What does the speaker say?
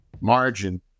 margin